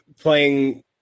playing